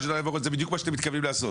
זה בדיוק מה שאתם מתכוונים לעשות.